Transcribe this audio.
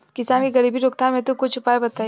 किसान के गरीबी रोकथाम हेतु कुछ उपाय बताई?